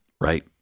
Right